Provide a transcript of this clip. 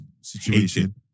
situation